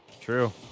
True